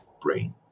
Brain